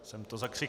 Jsem to zakřikl.